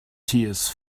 tears